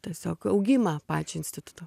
tiesiog augimą pačio instituto